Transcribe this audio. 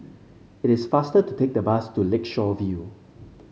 it is faster to take the bus to Lakeshore View